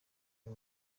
uyu